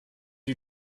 you